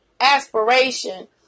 aspiration